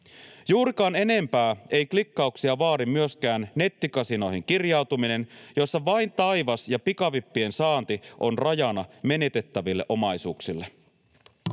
Juurikaan enempää ei klikkauksia vaadi myöskään nettikasinoihin kirjautuminen, jossa vain taivas ja pikavippien saanti on rajana menetettäville ominaisuuksille.